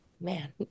Man